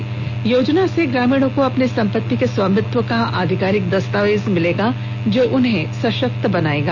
इस योजना से ग्रामीणों को अपनी संपत्ति के स्वामित्व का आधिकारिक दस्तावेज मिलेगा जो उन्हें सशक्त बनाएगा